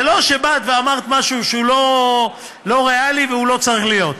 זה לא שבאת ואמרת משהו שהוא לא ריאלי והוא לא צריך להיות.